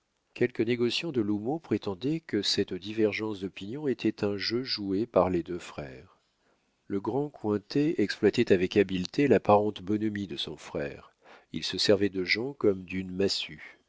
quelques négociants de l'houmeau prétendaient que cette divergence d'opinions était un jeu joué par les deux frères le grand cointet exploitait avec habileté l'apparente bonhomie de son frère il se servait de jean comme d'une massue